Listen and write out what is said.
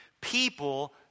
People